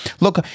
look